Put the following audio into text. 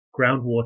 groundwater